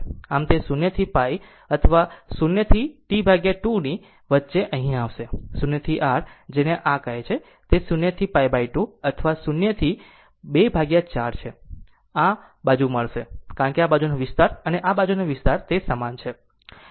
આમ તે 0 to π અથવા 0 થી T 2 ની વચ્ચે અહીં આવશે 0 થી r જેને આ કહે છે તે 0 to π 2 અથવા 0 થી 24 છે આ બાજુ મળશે કારણ કે આ બાજુનો વિસ્તાર અને આ બાજુનો વિસ્તાર તે સમાન છે